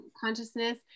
consciousness